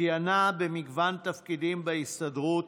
כיהנה במגוון תפקידים בהסתדרות,